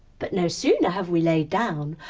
but no sooner have we laid down,